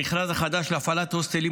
במכרז החדש להפעלת הוסטלים,